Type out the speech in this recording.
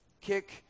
kick